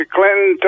Clinton